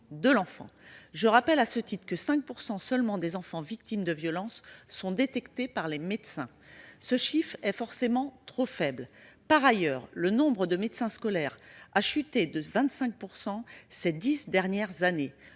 de l'enfant. Je rappelle, à ce titre, que 5 % seulement des enfants victimes de violence sont détectés par les médecins. Ce chiffre est forcément trop faible. Par ailleurs, le nombre de médecins scolaires a chuté de 25 % ces dix dernières années.